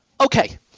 Okay